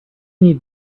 need